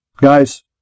Guys